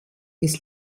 des